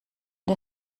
der